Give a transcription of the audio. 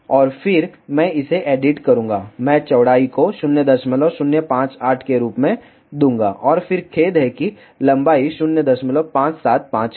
और फिर मैं इसे एडिट करूँगा मैं चौड़ाई को 0058 के रूप में दूंगा और फिर खेद है कि लंबाई 0575 है